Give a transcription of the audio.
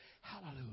hallelujah